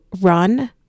run